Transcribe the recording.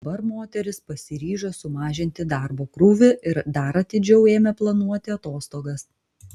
dabar moteris pasiryžo sumažinti darbo krūvį ir dar atidžiau ėmė planuoti atostogas